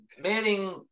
Manning